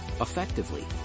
Effectively